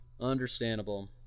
Understandable